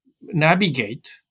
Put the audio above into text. navigate